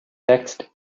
text